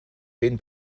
den